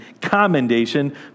commendation